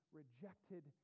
rejected